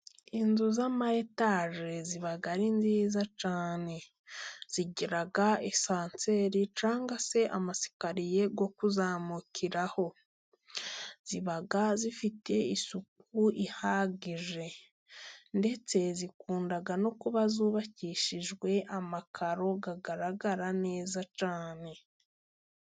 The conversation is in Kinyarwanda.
Inzu z'ama etaje ziba ari nziza cyane, zigira esanseri cyangwa se amasikariye yo kuzamukiraho, ziba zifite isuku ihagije, ndetse zikunda no kuba zubakishijwe amakaro agaragara neza cyane